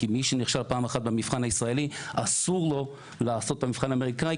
כי מי שנכשל פעם אחת במבחן הישראלי אסור לו לעשות את המבחן האמריקני,